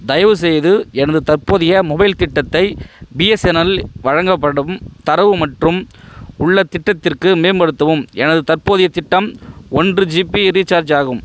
தயவுசெய்து எனது தற்போதைய மொபைல் திட்டத்தை பிஎஸ்என்எல் வழங்கப்படும் தரவு மற்றும் உள்ள திட்டத்திற்கு மேம்படுத்தவும் எனது தற்போதைய திட்டம் ஒன்று ஜிபி ரீசார்ஜ் ஆகும்